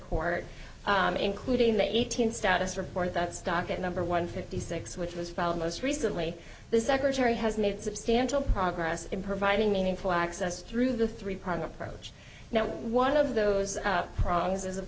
court including the eighteenth status report that stock at number one fifty six which was found most recently the secretary has made substantial progress in providing meaningful access through the three prong approach now one of those